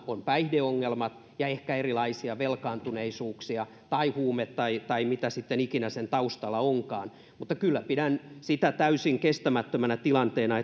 on päihdeongelma ja ehkä erilaisia velkaantuneisuuksia tai huumeita tai tai mitä sitten ikinä sen taustalla onkaan mutta kyllä pidän sitä täysin kestämättömänä tilanteena